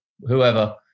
whoever